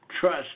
trust